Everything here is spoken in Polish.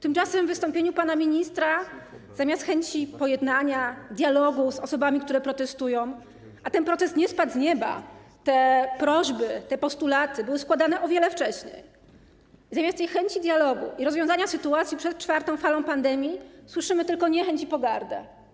Tymczasem w wystąpieniu pana ministra zamiast chęci pojednania, dialogu z osobami, które protestują - ten protest nie spadł z nieba, te prośby, te postulaty były składane o wiele wcześniej - zamiast chęci dialogu i rozwiązania sytuacji przed czwartą falą pandemii widzimy tylko niechęć i pogardę.